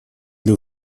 для